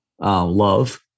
love